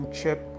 Chip